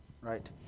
right